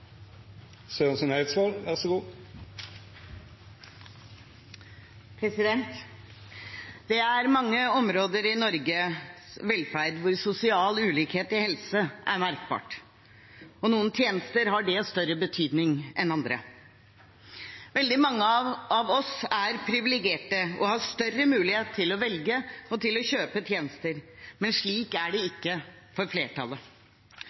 merkbart. For noen tjenester har det større betydning enn andre. Veldig mange av oss er privilegerte og har større mulighet til å velge og til å kjøpe tjenester. Men slik er det ikke for flertallet.